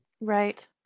Right